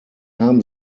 haben